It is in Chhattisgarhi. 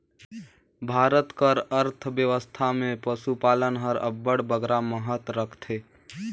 भारत कर अर्थबेवस्था में पसुपालन हर अब्बड़ बगरा महत रखथे